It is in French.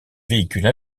véhicule